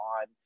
on